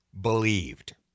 believed